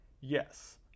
Yes